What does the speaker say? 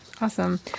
Awesome